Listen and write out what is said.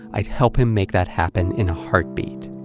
i'd help him make that happen in a heartbeat.